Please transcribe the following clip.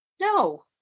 No